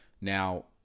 Now